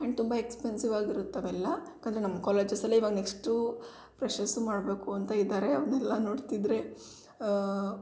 and ತುಂಬ expensive ಆಗಿರುತ್ತೆ ಅವೆಲ್ಲ ಯಾಕಂದರೆ ನಮ್ಮ ಕಾಲೇಜಸ್ಸಲ್ಲೇ ಇವಾಗ ನೆಕ್ಸ್ಟು ಫ್ರೆಶರ್ಸು ಮಾಡಬೇಕು ಅಂತ ಇದ್ದಾರೆ ಅವನ್ನೆಲ್ಲ ನೋಡ್ತಿದ್ದರೆ